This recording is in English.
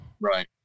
Right